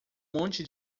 monte